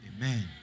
Amen